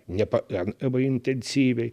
ne pakankamai intensyviai